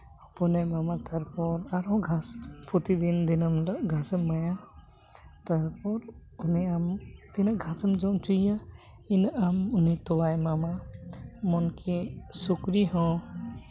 ᱦᱚᱯᱚᱱᱮ ᱮᱢᱟᱢᱟ ᱛᱟᱨᱯᱚᱨ ᱟᱨᱚ ᱜᱷᱟᱥ ᱯᱨᱚᱛᱤᱫᱤᱱ ᱫᱤᱱᱟᱹᱢ ᱦᱤᱞᱚᱜ ᱜᱷᱟᱥ ᱮᱢ ᱮᱢᱟᱭᱟ ᱛᱟᱨᱯᱚᱨ ᱩᱱᱤ ᱟᱢ ᱛᱤᱱᱟᱹᱜ ᱜᱷᱟᱥᱮᱢ ᱡᱚᱢ ᱦᱚᱪᱚᱭᱮᱭᱟ ᱤᱱᱟᱹᱜ ᱟᱢ ᱩᱱᱤ ᱛᱚᱣᱟᱭ ᱮᱢᱟᱢᱟ ᱮᱢᱚᱱᱠᱤ ᱥᱩᱠᱨᱤ ᱦᱚᱸ